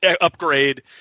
upgrade